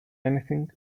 anything